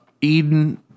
Eden